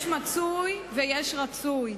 יש מצוי ויש רצוי.